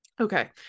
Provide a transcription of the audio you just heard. Okay